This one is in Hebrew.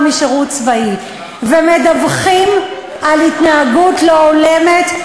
משירות צבאי ומדווחים על התנהגות לא הולמת,